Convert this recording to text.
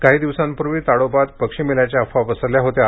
काही दिवसांपूर्वी ताडोबात पक्षी मेल्याच्या अफवा पसरल्या होत्या